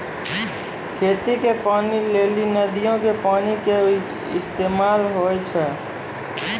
खेती के पानी लेली नदीयो के पानी के इस्तेमाल होय छलै